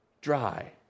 dry